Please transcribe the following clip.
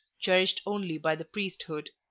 cherished only by the priesthood.